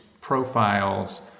profiles